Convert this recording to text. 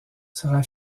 sera